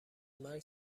مرگ